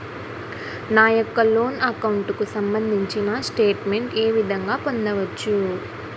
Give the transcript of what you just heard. నా యెక్క loan account కు సంబందించిన స్టేట్ మెంట్ ఏ విధంగా పొందవచ్చు?